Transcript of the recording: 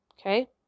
Okay